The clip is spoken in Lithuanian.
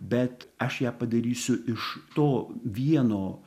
bet aš ją padarysiu iš to vieno